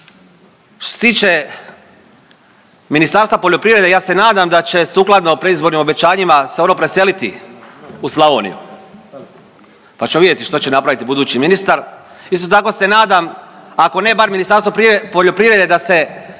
Što se tiče Ministarstva poljoprivrede, ja se nadam da će sukladno predizbornim obećanjima se ono preseliti u Slavoniju, pa ćemo vidjeti što će napraviti budući ministar. Isto tako se nadam, ako ne bar Ministarstvo poljoprivrede da se